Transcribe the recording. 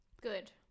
Good